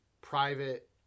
private